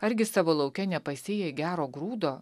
argi savo lauke nepasėjai gero grūdo